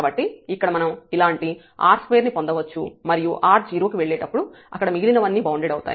కాబట్టి ఇక్కడ మనం ఇలాంటి r2 ను పొందవచ్చు మరియు r 0 కి వెళ్లేటప్పుడు అక్కడ మిగిలినవన్నీ బౌండెడ్ అవుతాయి